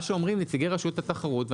מה שאומרים נציגי רשות התחרות,